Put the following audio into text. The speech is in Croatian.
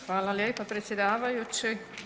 Hvala lijepa predsjedavajući.